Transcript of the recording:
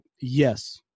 yes